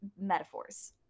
metaphors